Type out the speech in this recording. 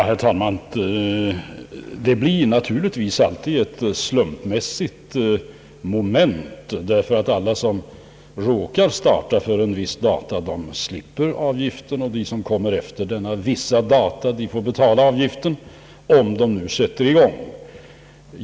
Herr talman! Det blir naturligtvis alltid ett slumpmässigt moment, ty alla som råkar starta före ett visst datum slipper avgiften, och de som kommer efter detta vissa datum får betala avgiften, om de nu sätter i gång.